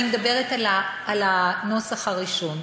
אני מדברת על הנוסח הראשון,